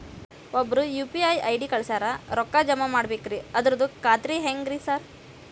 ಒಬ್ರು UPI ID ಕಳ್ಸ್ಯಾರ ರೊಕ್ಕಾ ಜಮಾ ಮಾಡ್ಬೇಕ್ರಿ ಅದ್ರದು ಖಾತ್ರಿ ಹೆಂಗ್ರಿ ಸಾರ್?